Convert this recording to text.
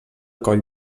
coll